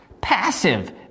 passive